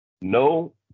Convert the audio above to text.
No